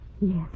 Yes